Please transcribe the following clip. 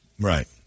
Right